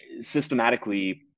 systematically